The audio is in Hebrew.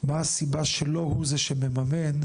מה הסיבה שלא הוא זה שמממן,